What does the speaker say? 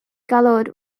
colored